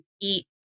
eat